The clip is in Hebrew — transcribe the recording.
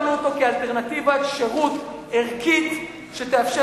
יצרנו אותו כאלטרנטיבת שירות ערכית שתאפשר